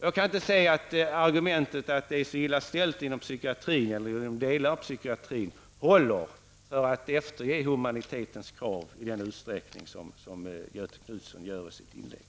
Jag kan inte se att argumentet att det är så illa ställt inom psykiatrin, eller inom delar av psykiatrin, håller som motiv för att ge efter på humanitetens krav i den utsträckning som Göthe Knutson gör i sitt inlägg.